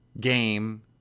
game